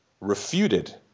refuted